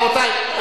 רבותי,